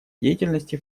деятельности